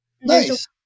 Nice